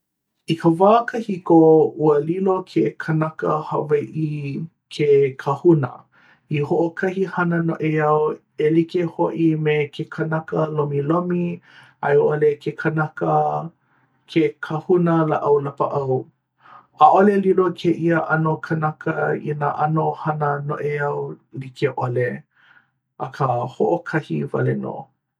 I ka wā kahiko, ua lilo ke kanaka Hawaiʻi i ke kāhuna i hoʻokahi hana noʻeau e like hoʻi me ke kanaka lomilomi a i ʻole ke kanaka ke kāhuna lāʻau lapaʻau. ʻAʻale lilo kēia ʻano kanaka i nā ʻano hana noʻeau like ʻole. Akā hoʻokahi wale nō.